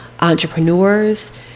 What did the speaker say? entrepreneurs